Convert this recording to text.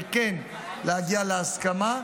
וכן להגיע להסכמה,